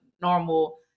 normal